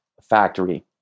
factory